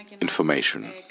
information